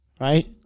Right